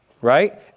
right